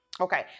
Okay